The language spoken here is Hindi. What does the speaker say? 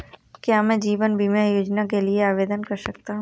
क्या मैं जीवन बीमा योजना के लिए आवेदन कर सकता हूँ?